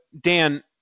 Dan